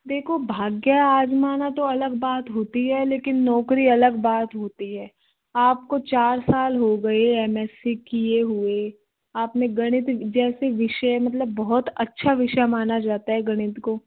देखो भाग्य आजमाना तो अलग बात होती है लेकिन नौकरी अलग बात होती है आपको चार साल हो गए एम एस सी किये हुए आपने गणित जैसे विषय मतलब बहुत अच्छा विषय माना जाता है गणित को